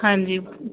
ਹਾਂਜੀ